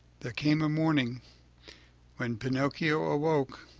there came a morning when pinocchio awoke